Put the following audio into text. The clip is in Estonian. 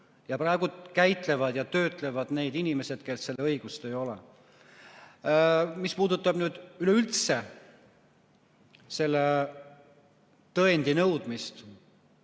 aga käitlevad ja töötlevad neid inimesed, kel selleks õigust ei ole. Mis puudutab üleüldse selle tõendi nõudmist,